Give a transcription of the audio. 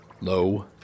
low